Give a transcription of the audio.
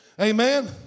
Amen